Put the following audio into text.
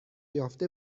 یافته